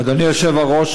אדוני היושב-ראש,